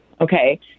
Okay